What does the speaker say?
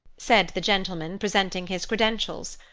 said the gentleman, presenting his credentials.